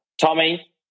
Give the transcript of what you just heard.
Tommy